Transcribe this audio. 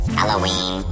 Halloween